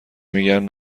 میگن